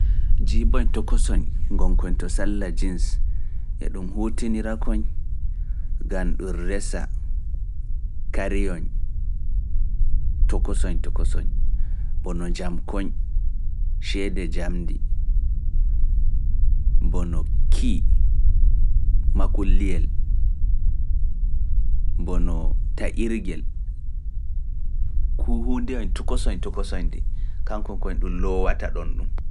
Njiiboy tokosoy ngonkon to salla jins e ɗum huutinirakoy ngam ɗum resa kariyon tokason-tokason bono njamkoy, ceede njamndi, bono key makulliyel bono taƴirgel, fuu huundehoy tokosoy-tokosoy ndey kankoy koy ɗum loowata ɗonɗum.